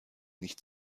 nicht